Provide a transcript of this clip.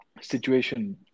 situation